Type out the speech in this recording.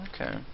Okay